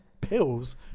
pills